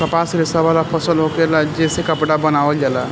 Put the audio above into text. कपास रेशा वाला फसल होखेला जे से कपड़ा बनावल जाला